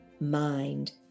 mind